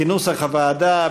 כנוסח הוועדה,